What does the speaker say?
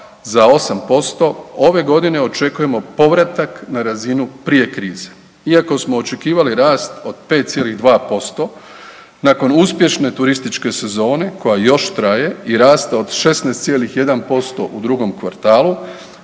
za 8%, ove godine očekujemo povratak na razinu prije krize, iako smo očekivali rast od 5,2%, nakon uspješne turističke sezona koja još traje i raste od 16,1% u drugom kvartalu,